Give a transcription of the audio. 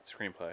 screenplay